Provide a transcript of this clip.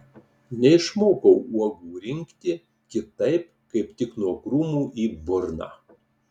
neišmokau uogų rinkti kitaip kaip tik nuo krūmų į burną